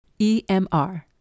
EMR